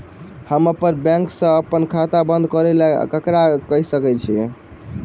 हम अप्पन बैंक सऽ अप्पन खाता बंद करै ला ककरा केह सकाई छी?